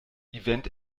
event